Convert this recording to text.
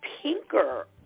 pinker